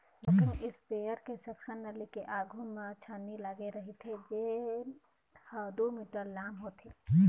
rocking sprayer के section नली के आघू म छन्नी लागे रहिथे जेन ह दू मीटर लाम होथे